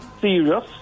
serious